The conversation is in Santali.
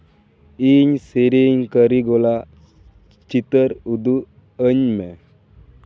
ᱤᱧ ᱥᱮᱨᱮᱧ ᱠᱟᱹᱨᱤᱜᱚᱞᱟᱜ ᱪᱤᱛᱟᱹᱨ ᱩᱫᱩᱜ ᱟᱹᱧ ᱢᱮ